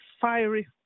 fiery